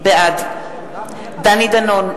בעד דני דנון,